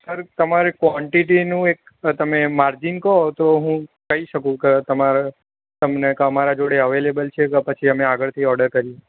sir તમારે કોન્ટીટીનું એક તમે એક માર્જીન કહો તો હું કહી શકું કે તમારે કે તમને અમારા જોડે અવેલેબલ છે કે પછી અમે આગળથી ઓર્ડર કરીએ